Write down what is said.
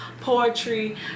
poetry